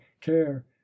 care